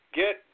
get